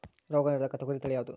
ರೋಗ ನಿರೋಧಕ ತೊಗರಿ ತಳಿ ಯಾವುದು?